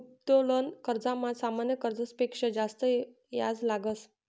उत्तोलन कर्जमा सामान्य कर्जस पेक्शा जास्त याज लागस